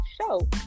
show